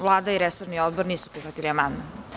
Vlada i resorni odbor nisu prihvatili amandman.